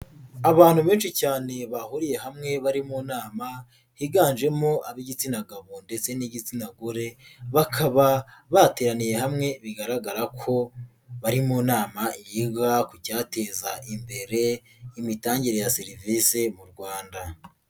Abantu benshi cyane bahuriye hamwe bari mu inama, higanjemo ab'igitsina gabo ndetse n'igitsina gore, bakaba bateraniye hamwe bigaragara ko bari mu inama yiga ku cyateza imbere imitangire ya serivisi mu Rwanda.